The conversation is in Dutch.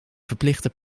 verplichten